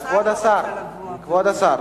כבוד השר.